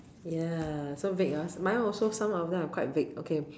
ya so vague hor mine also some of them are quite vague okay